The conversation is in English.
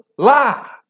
Lie